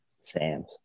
Sams